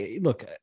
look